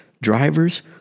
Drivers